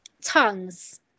tongues